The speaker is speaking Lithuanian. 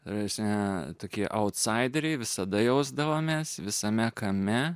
esą tokie autsaideriai visada jausdavomės visame kame